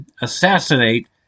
assassinate